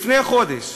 לפני חודש